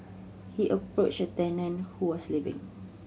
he approached a tenant who was leaving